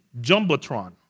jumbotron